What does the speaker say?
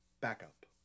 backup